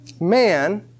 Man